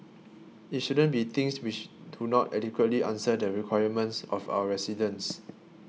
it shouldn't be things which do not adequately answer the requirements of our residents